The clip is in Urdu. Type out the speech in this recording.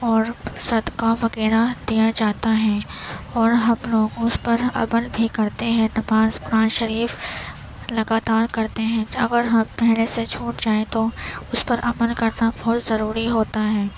اور صدقہ وغیرہ دیا جاتا ہے اور ہم لوگ اس پر عمل بھی کرتے ہیں نماز قرآن شریف لگاتار کرتے ہیں اگر ہم پہلے سے چھوٹ جائے تو اس پر عمل کرنا بہت ضروری ہوتا ہے